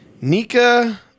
Nika